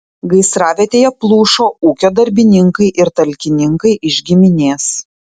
gaisravietėje plušo ūkio darbininkai ir talkininkai iš giminės